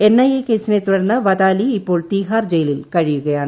N I A കേസിനെ തുടർന്ന് വതാലി ഇപ്പോൾ തിക്കാർ ജ്യിലിൽ കഴിയുകയാണ്